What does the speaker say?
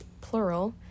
plural